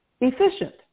efficient